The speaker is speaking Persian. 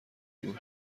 بود